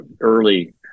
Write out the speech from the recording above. early